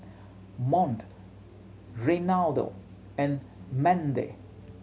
Mont Reynaldo and Mandie